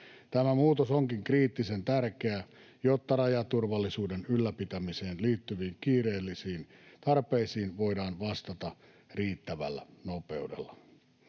Tämä muutos onkin kriittisen tärkeää, jotta rajaturvallisuuden ylläpitämiseen liittyviin kiireellisiin tarpeisiin voidaan vastata riittävällä nopeudella.